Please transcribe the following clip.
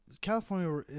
California